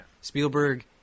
Spielberg